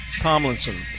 Tomlinson